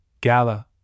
gala